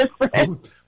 different